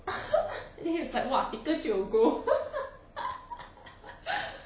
then he's like !wah! tickle 就有 gold